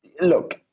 Look